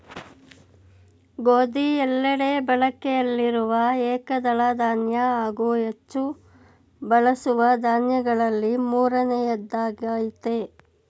ಗೋಧಿ ಎಲ್ಲೆಡೆ ಬಳಕೆಯಲ್ಲಿರುವ ಏಕದಳ ಧಾನ್ಯ ಹಾಗೂ ಹೆಚ್ಚು ಬಳಸುವ ದಾನ್ಯಗಳಲ್ಲಿ ಮೂರನೆಯದ್ದಾಗಯ್ತೆ